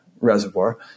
reservoir